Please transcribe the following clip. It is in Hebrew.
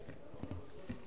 אז,